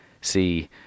see